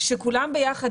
שכולם ביחד,